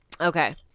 Okay